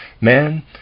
Man